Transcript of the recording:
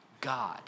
God